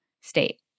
state